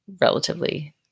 relatively